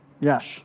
Yes